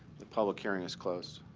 the public hearing is closed.